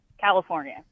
California